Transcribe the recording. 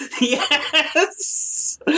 Yes